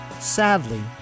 Sadly